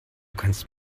kannst